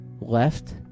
left